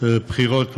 בחירות מקדימות,